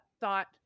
thought